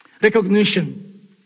Recognition